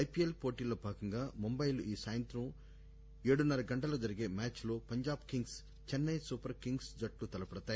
IPL పోటీల్లో భాగంగా ముంబైలో ఈ రోజు సాయంత్రం ఏడున్నర గంటలకు జరిగే మ్యాచ్ లో Punjab Kings Chennai Super Kings జట్లు తలపడతాయి